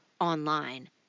online